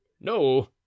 no